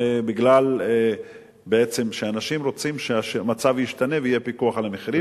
מפני שאנשים רוצים שהמצב ישתנה ויהיה פיקוח על המחירים.